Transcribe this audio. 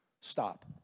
Stop